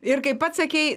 ir kaip pats sakei